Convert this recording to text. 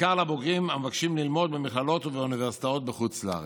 בעיקר לבוגרים המבקשים ללמוד במכללות ובאוניברסיטאות בחוץ לארץ,